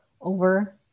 over